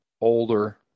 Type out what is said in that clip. older